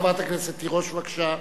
חברת הכנסת תירוש, בבקשה.